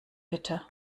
bitte